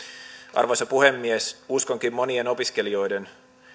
arvoisa puhemies uskonkin monien opiskelijoiden